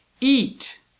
Eat